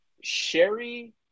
Sherry